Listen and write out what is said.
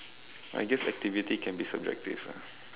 I guess activity can be subjective ah